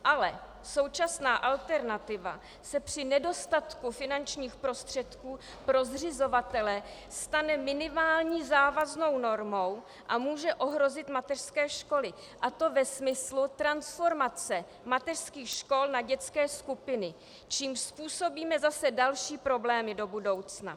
Ale současná alternativa se při nedostatku finančních prostředků pro zřizovatele stane minimální závaznou normou a může ohrozit mateřské školy, a to ve smyslu transformace mateřských škol na dětské skupiny, čímž způsobíme zase další problémy do budoucna.